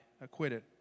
acquitted